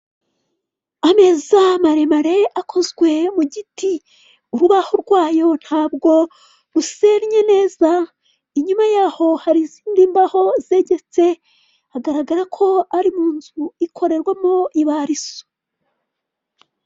Ameza marebare akozwe mu giti urubaho rwayo ntabwo busennye neza, inyuma yaho hari izindi mbaho zetegetse hagaragara ko ari mu nzu ikorerwamo ibarizo.